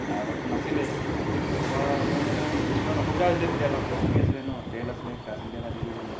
তাৰ আগতটো নাছিলেই এই নথকা সময় মানে এই কিছুমান অসুবিধা হৈছিলে তেতিয়া ধৰক চাকি আছিলে ন তেল আছিলে কেৰাচিন তেল আদি কৰি মানে